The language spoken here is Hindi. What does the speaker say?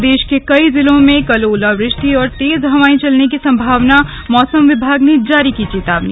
प्रदेश के कई जिलों में कल ओलावृष्टि और तेज हवाएं चलने की संभावनामौसम विभाग ने जारी की चेतावनी